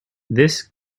this